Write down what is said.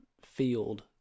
field